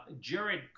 Jared